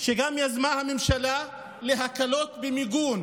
שיזמה הממשלה להקלות במיגון